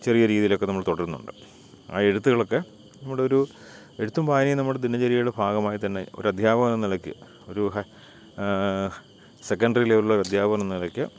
ചെറിയ രീതിയിലൊക്കെ നമ്മൾ തുടരുന്നുണ്ട് ആ എഴുത്തുകളൊക്കെ നമ്മളൊരു എഴുത്തും വായനയും നമ്മുടെ ദിനചര്യയുടെ ഭാഗമായിത്തന്നെ ഒരു അധ്യാപകനെന്ന നിലയ്ക്ക് ഒരു സെക്കൻ്ററി ലെവലിലുള്ള ഒരു അധ്യാപകനെന്ന നിലയ്ക്ക്